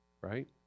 right